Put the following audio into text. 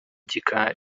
gikari